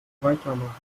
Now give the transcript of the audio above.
weitermachen